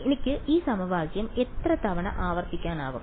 എനിക്ക് ഈ പ്രക്രിയ എത്ര തവണ ആവർത്തിക്കാനാകും